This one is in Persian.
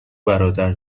برادر